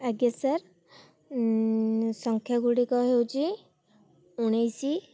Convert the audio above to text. ଆଜ୍ଞା ସାର୍ ସଂଖ୍ୟା ଗୁଡ଼ିକ ହେଉଛି ଉଣେଇଶି